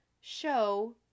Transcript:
show